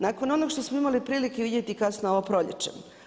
Nakon onog što smo imali prilike vidjeti kasno ovo proljeće.